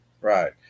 Right